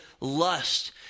lust